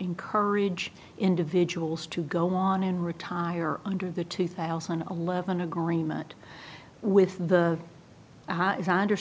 encourage individuals to go on and retire under the two thousand and eleven agreement with the